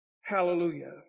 Hallelujah